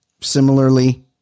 similarly